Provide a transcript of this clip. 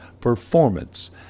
performance